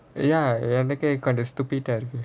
ya எனக்கே கொஞ்சம்:ennakkae konjam stupid ah இருக்கு:irukku